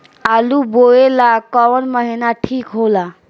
आलू बोए ला कवन महीना ठीक हो ला?